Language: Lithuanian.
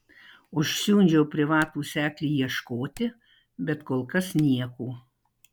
užsiundžiau privatų seklį ieškoti bet kol kas nieko